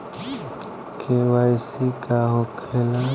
KYC का होखेला?